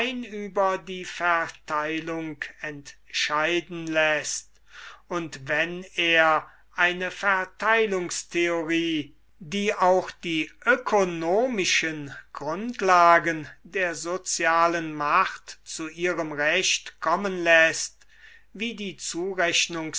über die verteilung entscheiden läßt und wenn er eine verteilungstheorie die auch die ökonomischen grundlagen der sozialen macht zu ihrem recht kommen läßt wie die